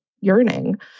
yearning